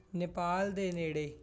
ਨੇਪਾਲ ਦੇ ਨੇੜੇ